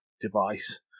device